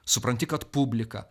supranti kad publika